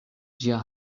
ĝia